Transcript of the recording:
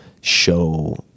show